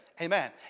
Amen